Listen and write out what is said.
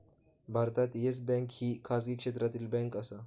भारतात Yes Bank ही खाजगी क्षेत्रातली बँक आसा